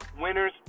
winners